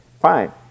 fine